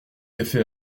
café